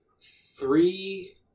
three